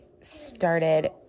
started